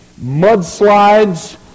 mudslides